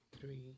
three